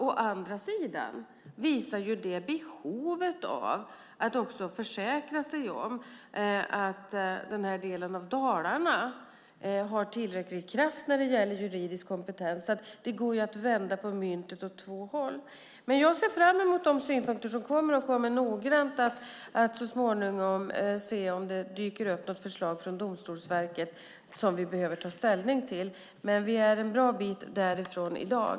Å andra sidan visar det behovet av att försäkra sig om att den här delen av Dalarna har tillräcklig kraft när det gäller juridisk kompetens. Det går ju att vända på myntet åt två håll. Men jag ser fram emot de synpunkter som kommer och kommer noggrant att så småningom se om det dyker upp något förslag från Domstolsverket som vi behöver ta ställning till, men vi är en bra bit därifrån i dag.